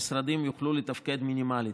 המשרדים יוכלו לתפקד מינימלית.